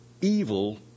evil